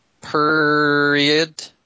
period